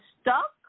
stuck